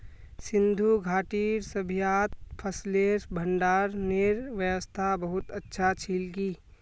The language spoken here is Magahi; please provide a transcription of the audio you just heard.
सिंधु घाटीर सभय्तात फसलेर भंडारनेर व्यवस्था बहुत अच्छा छिल की